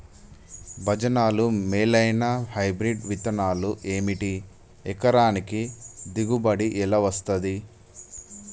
భజనలు మేలైనా హైబ్రిడ్ విత్తనాలు ఏమిటి? ఎకరానికి దిగుబడి ఎలా వస్తది?